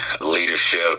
leadership